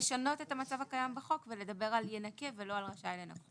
לשנות את המצב הקיים בחוק ולדבר על "ינכה" ולא "רשאי לנכות".